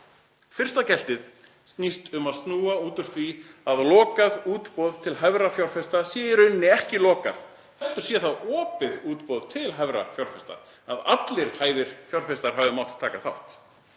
Fyrsta geltið snýst um að snúa út úr því að lokað útboð til hæfra fjárfesta sé lokað, það sé í rauninni ekki lokað heldur sé það opið útboð til hæfra fjárfesta, að allir hæfir fjárfestar hafi mátt taka þátt,